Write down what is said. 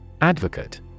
Advocate